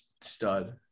stud